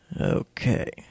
Okay